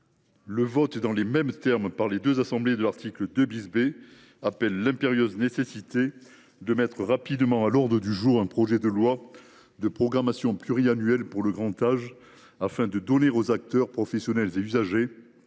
Le vote dans les mêmes termes par les deux assemblées de l’article 2 B souligne l’impérieuse nécessité de mettre rapidement à l’ordre du jour un projet de loi de programmation pluriannuelle pour le grand âge, afin de donner aux acteurs, aux professionnels et aux usagers